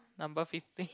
number fifteen